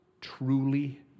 truly